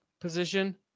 position